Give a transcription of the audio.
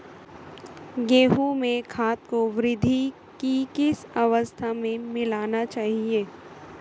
गेहूँ में खाद को वृद्धि की किस अवस्था में मिलाना चाहिए?